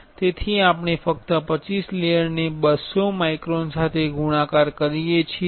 તેથી આપણે ફક્ત 25 લેયરને 200 માઇક્રોન સાથે ગુણાકાર કરી શકીએ છીએ